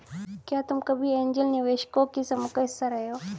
क्या तुम कभी ऐन्जल निवेशकों के समूह का हिस्सा रहे हो?